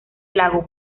lago